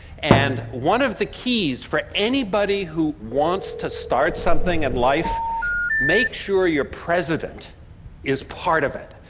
and one of the keys for anybody who wants to start something in life make sure your president is part of it.